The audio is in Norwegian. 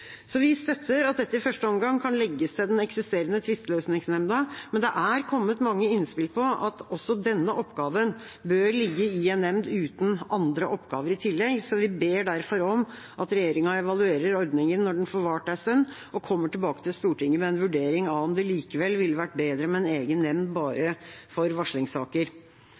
Så vi støtter at dette i første omgang kan legges til den eksisterende tvisteløsningsnemnda, men det er kommet mange innspill om at også denne oppgaven bør ligge i en nemnd uten andre oppgaver i tillegg. Derfor ber vi om at regjeringa evaluerer ordningen når den har fått vart en stund, og kommer tilbake til Stortinget med en vurdering av om det likevel ville vært bedre med en egen nemnd bare for varslingssaker.